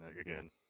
again